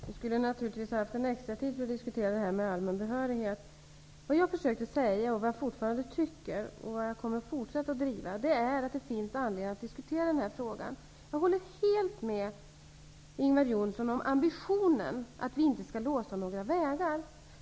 Herr talman! Vi skulle ha behövt extra tid för att diskutera frågan om allmän behörighet. Vad försökte säga, vad jag tycker och vad jag kommer att fortsätta att framhärda är att det finns anledning att diskutera den här frågan. Jag håller helt med Ingvar Johnsson om att man skall ha ambitionen att inte låsa några vägar.